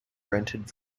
rented